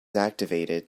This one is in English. activated